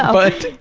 but,